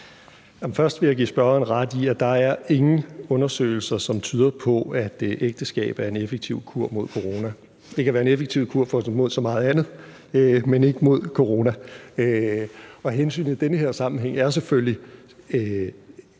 Først vil jeg give spørgeren ret i, at der ikke er nogen undersøgelser, som tyder på, at ægteskab er en effektiv kur mod corona. Det kan være en effektiv kur mod så meget andet, men ikke mod corona. Det er jo rigtigt,